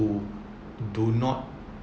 who do not